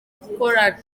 gukorana